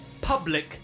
public